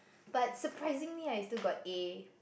but surprisingly I still got A